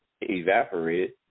evaporated